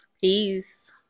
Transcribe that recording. peace